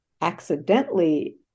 accidentally